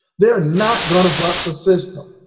they're not going to buck the system.